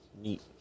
Neat